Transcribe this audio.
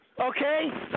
Okay